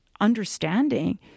understanding